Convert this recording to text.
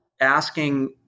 asking